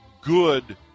good